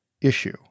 issue